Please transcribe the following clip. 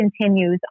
continues